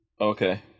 Okay